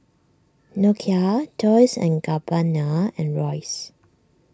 Nokia Dolce and Gabbana and Royce